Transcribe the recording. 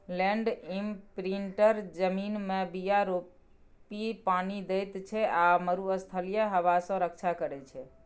land imprinter जमीनमे बीया रोपि पानि दैत छै आ मरुस्थलीय हबा सँ रक्षा करै छै